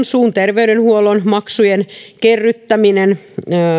suun terveydenhuollon maksujen kerryttäminen